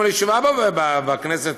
ישיבה בכנסת,